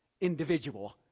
individual